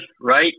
right